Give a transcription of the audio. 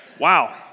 Wow